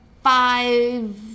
five